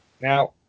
Now